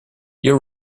your